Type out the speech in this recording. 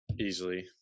Easily